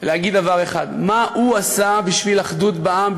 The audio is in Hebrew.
ולהגיד דבר אחד: מה הוא עשה בשביל אחדות בעם,